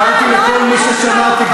והערתי לכל מי ששמעתי,